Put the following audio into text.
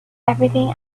everything